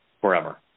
forever